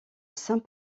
saint